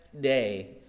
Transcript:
day